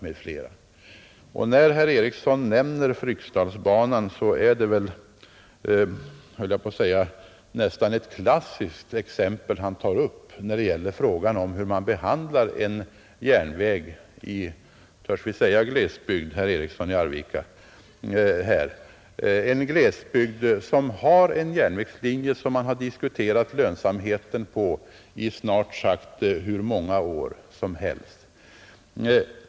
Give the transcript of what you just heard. När herr Eriksson nämner Fryksdalsbanan är det nästan ett klassiskt exempel på frågan om hur man behandlar en järnväg i, törs vi säga det, herr Eriksson i Arvika, en glesbygd som har en järnvägslinje, vars lönsamhet man diskuterar i snart sagt hur många år som helst.